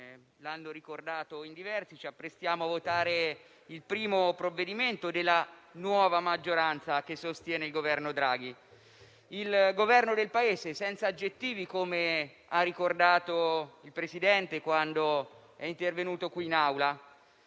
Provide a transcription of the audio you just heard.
hanno già ricordato diversi colleghi, ci apprestiamo a votare il primo provvedimento della nuova maggioranza che sostiene il Governo Draghi, il Governo del Paese, senza aggettivi, come ha ricordato il Presidente del Consiglio quando è intervenuto qui in Aula;